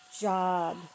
job